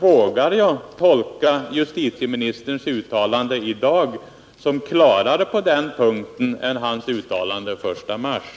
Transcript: Vågar jag tolka justitieministerns uttalande i dag som klarare på den punkten än hans uttalande den 1 mars?